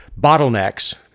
bottlenecks